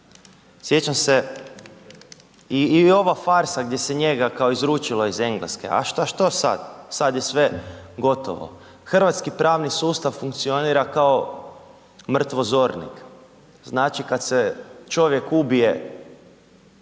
Sjećam se i ova farsa gdje se njega kao izručilo iz Engleske, a što sad, sad je sve gotovo. Hrvatski pravni sustav funkcionira kao mrtvozornik. Znači, kad se čovjek ubije